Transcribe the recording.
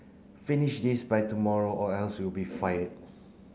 finish this by tomorrow or else you'll be fired